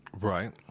Right